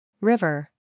river